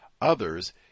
Others